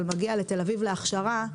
אבל מגיע לתל אביב להכשרה,